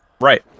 Right